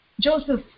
Joseph